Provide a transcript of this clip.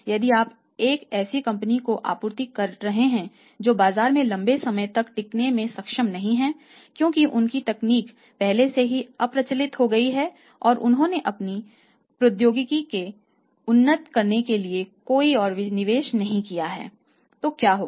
यदि आप एक ऐसी कंपनी को आपूर्ति कर रहे हैं जो बाजार में लंबे समय तक टिकने में सक्षम नहीं है क्योंकि उनकी तकनीक पहले ही अप्रचलित हो गई है और उन्होंने अपनी प्रौद्योगिकी को उन्नत करने के लिए कोई और निवेश नहीं किया है तो क्या होगा